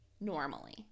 normally